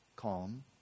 calm